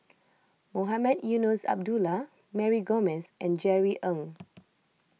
Mohamed Eunos Abdullah Mary Gomes and Jerry Ng